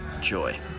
joy